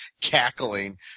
cackling